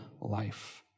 life